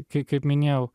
kai kaip minėjau